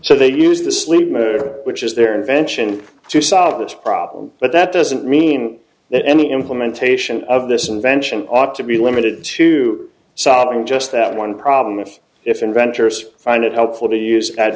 so they use the sleep which is their invention to solve this problem but that doesn't mean that any implementation of this invention ought to be limited to solving just that one problem is if inventors find it helpful to use at